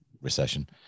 recession